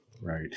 Right